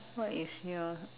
what is your